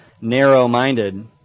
narrow-minded